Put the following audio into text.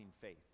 faith